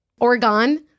Oregon